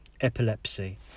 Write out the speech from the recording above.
Epilepsy